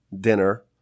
dinner